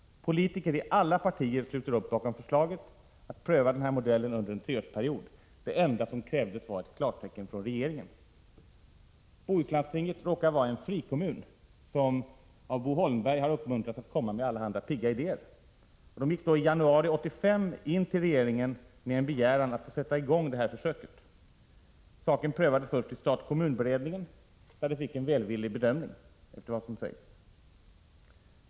Politiker i alla partier slöt upp bakom förslaget att pröva den här modellen under en treårsperiod. Det enda som krävdes var ett klartecken från regeringen. Bohuslandstinget, som råkar vara en frikommun som av Bo Holmberg uppmuntrats till att komma med allehanda pigga idéer, gick i januari 1985 in till regeringen med en begäran att få sätta i gång det här försöket. Saken prövades först i stat-kommun-beredningen och fick där, efter vad det sägs, en välvillig bedömning.